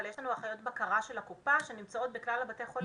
אבל יש לנו אחיות בקרה של הקופה שנמצאות בכלל בתי החולים.